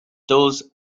those